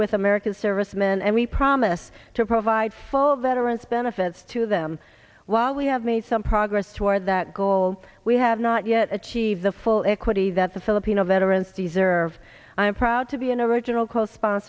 with american servicemen and we promise to provide full veterans benefits to them while we have made some progress toward that goal we have not yet achieved the full equity that the filipino veterans deserve i am proud to be an original c